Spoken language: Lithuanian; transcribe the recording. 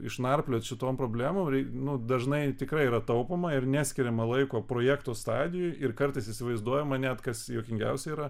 išnarpliot šitom problemom reik nu dažnai tikrai yra taupoma ir neskiriama laiko projekto stadijoj ir kartais įsivaizduojama net kas juokingiausia yra